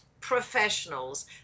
professionals